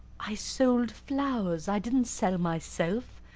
i sold flowers. i didn't sell myself.